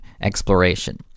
exploration